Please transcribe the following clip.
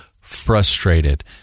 frustrated